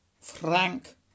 Frank